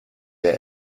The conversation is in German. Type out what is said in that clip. der